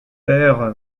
père